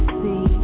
see